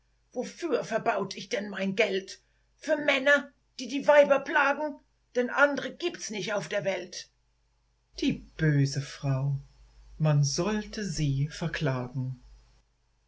wofür verbaut ich denn mein geld für männer die die weiber plagen denn andre gibts nicht auf der welt die böse frau man sollte sie verklagen